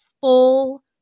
full